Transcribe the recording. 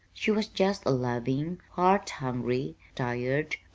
she was just a loving, heart-hungry, tired,